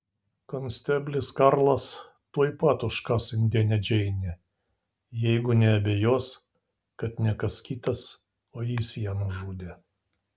konsteblis karlas tuoj pat užkas indėnę džeinę jeigu neabejos kad ne kas kitas o jis ją nužudė